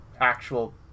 actual